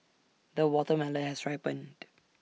the watermelon has ripened